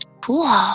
Cool